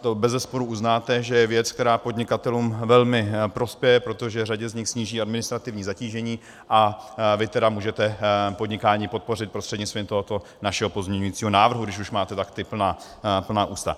To bezesporu uznáte, že je věc, která podnikatelům velmi prospěje, protože řadě z nich sníží administrativní zatížení, a vy tedy můžete podnikání podpořit prostřednictvím tohoto našeho pozměňujícího návrhu, když už máte tak ta plná ústa.